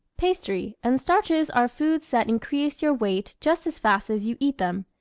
pastry and starches are foods that increase your weight just as fast as you eat them,